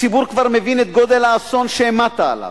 הציבור כבר מבין את גודל האסון שהמטת עליו,